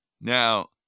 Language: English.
Now